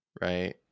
Right